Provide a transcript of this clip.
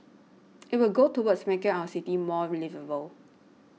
it will go towards making our city more liveable